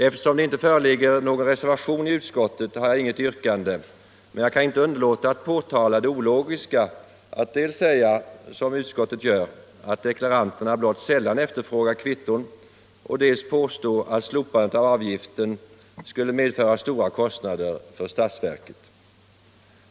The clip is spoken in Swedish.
Eftersom det inte föreligger någon reservation i utskottet har jag inte något yrkande; men jag kan inte underlåta att påtala det ologiska att dels säga, som utskottet gör, att deklaranterna blott sällan efterfrågar kvitton, dels påstå att slopandet av avgiften skulle medföra stora kostnader för statsverket.